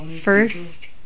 First